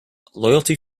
loyalty